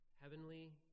heavenly